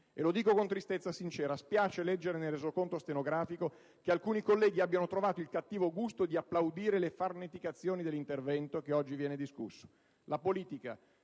e lo dico con tristezza sincera. Spiace leggere nel Resoconto stenografico che alcuni colleghi abbiano trovato il cattivo gusto di applaudire le farneticazioni dell'intervento che oggi viene discusso. La politica,